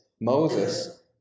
Moses